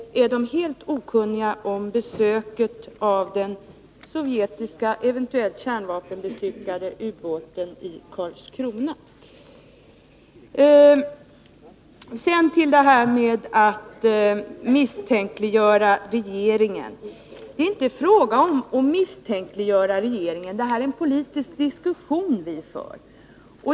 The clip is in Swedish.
Eller är de helt okunniga om besöket av den sovjetiska, eventuellt kärnvapenbestyckade ubåten i Karlskrona? Det är inte fråga om att misstänkliggöra regeringen. Det är en politisk diskussion vi för.